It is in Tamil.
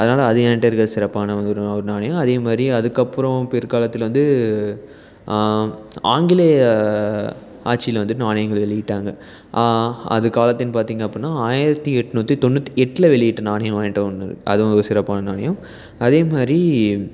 அதனால அது என்ட்ட இருக்க சிறப்பான ஒரு ஒரு நாணயம் அதேமாதிரி அதுக்கப்புறம் பிற்காலத்தில் வந்து ஆங்கிலேய ஆட்சியில் வந்துட்டு நாணயங்கள் வெளியிட்டாங்க ஆதிகாலத்தின் பார்த்தீங்க அப்புடினா ஆயிரத்து எட்நூற்றி தொண்ணூற்றி எட்டில் வெளியிட்ட நாணயம் என்ட்ட ஒன்று இருக்குது அதுவும் ஒரு சிறப்பான நாணயம் அதேமாதிரி